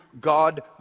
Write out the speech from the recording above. God